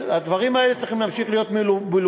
אז הדברים האלה צריכים להמשיך להיות מלוּוים,